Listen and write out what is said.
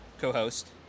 co-host